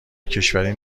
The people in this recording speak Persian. کشوری